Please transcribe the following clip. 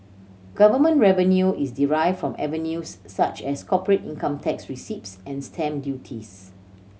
government revenue is derived from avenues such as corporate income tax receipts and stamp duties